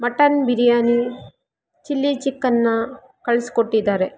mutton biryani chilli ಚಿಕನ್ನಾ ಕಳಿಸ್ಕೊಟ್ಟಿದ್ದಾರೆ